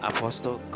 Apostle